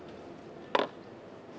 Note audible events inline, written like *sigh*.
*noise*